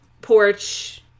porch